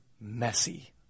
Messy